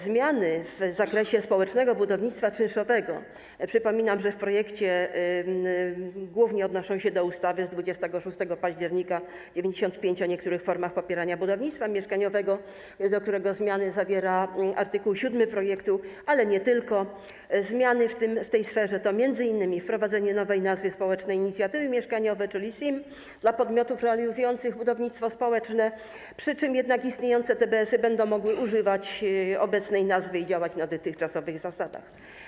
Zmiany w zakresie społecznego budownictwa czynszowego - przypominam, że w projekcie głównie odnoszą się do ustawy z 26 października 1995 r. o niektórych formach popierania budownictwa mieszkaniowego, do której zmiany zawiera art. 7 projektu, ale nie tylko - zmiany w tej sferze to m.in. wprowadzenie nowej nazwy: społeczne inicjatywy mieszkaniowe, czyli SIM, dla podmiotów realizujących budownictwo społeczne, przy czym jednak istniejące TBS-y będą mogły używać obecnej nazwy i działać na dotychczasowych zasadach.